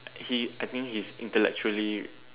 he I think he is intellectually